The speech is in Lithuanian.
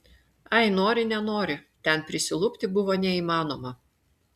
ai nori nenori ten prisilupti buvo neįmanoma